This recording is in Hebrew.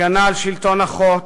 הגנה על שלטון החוק,